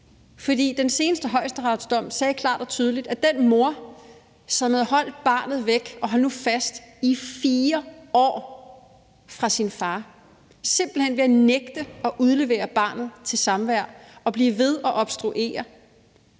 For den seneste højesteretsdom sagde klart og tydeligt, at den mor, som havde holdt barnet væk – og hold nu fast – i 4 år fra sin far simpelt hen ved at nægte at udlevere barnet til samvær og blive ved med at obstruere,